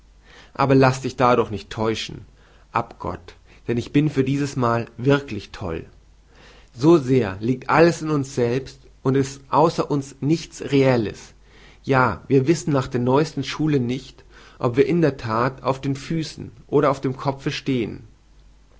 aber laß dich dadurch nicht täuschen abgott denn ich bin für diesesmal wirklich toll so sehr liegt alles in uns selbst und ist außer uns nichts reelles ja wir wissen nach der neuesten schule nicht ob wir in der that auf den füßen oder auf dem kopfe stehen